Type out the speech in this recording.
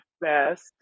best